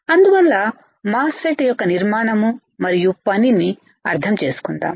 అందువల్ల MOSFET యొక్క నిర్మాణం మరియు పని ని అర్థం చేసుకుందాం